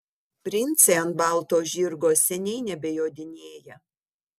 princai ant balto žirgo seniai nebejodinėja